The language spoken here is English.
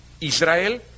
Israel